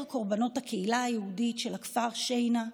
קורבנות הקהילה היהודית של הכפר שיינא,